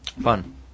Fun